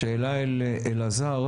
השאלה אל אלעזר,